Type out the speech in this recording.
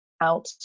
out